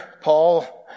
Paul